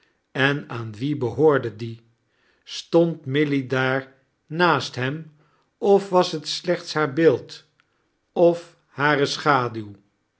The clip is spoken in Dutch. en aan wie behoorde die stond milly daar naast hem of was het slechts haar beeld of hare schaduw